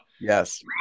Yes